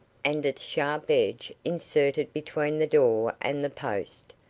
and its sharp edge inserted between the door and the post,